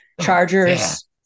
Chargers